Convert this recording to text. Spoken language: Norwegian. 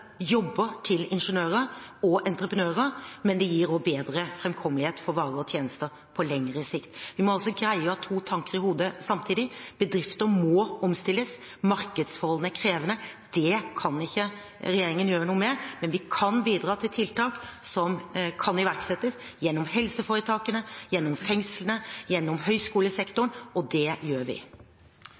gir også bedre framkommelighet for varer og tjenester på lengre sikt. Vi må altså greie å ha to tanker i hodet samtidig. Bedrifter må omstilles, markedsforholdene er krevende, og det kan ikke regjeringen gjøre noe med, men vi kan bidra til tiltak som kan iverksettes gjennom helseforetakene, gjennom fengslene, gjennom høyskolesektoren, og det gjør vi.